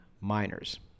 miners